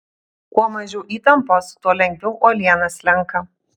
kuo mažiau įtampos tuo lengviau uoliena slenka